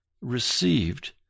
received